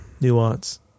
nuance